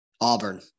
Auburn